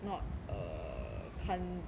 not err can't